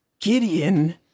Gideon